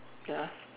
ya